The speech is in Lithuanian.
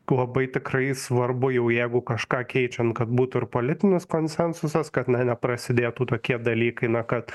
labai tikrai svarbu jau jeigu kažką keičiant kad būtų ir politinis konsensusas kad na neprasidėtų tokie dalykai na kad